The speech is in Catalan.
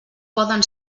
poden